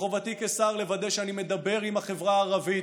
וחובתי כשר לוודא שאני מדבר עם החברה הערבית,